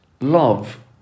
love